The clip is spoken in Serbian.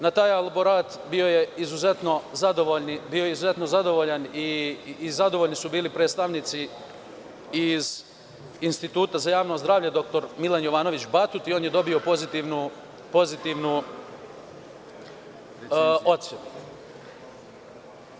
Na taj elaborat bio je izuzetno zadovoljan, zadovoljni su bili predstavnici iz Instituta za javno zdravlje dr Milan Jovanović Batut i on je dobio pozitivnu ocenu.